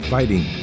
Fighting